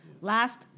last